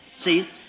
see